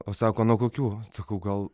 o sako nuo kokių sakau gal